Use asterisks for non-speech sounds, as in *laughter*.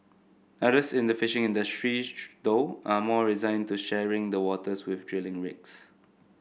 others in the fishing industry *unintelligible* though are more resigned to sharing the waters with drilling rigs